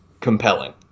Compelling